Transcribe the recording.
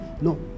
No